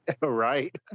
Right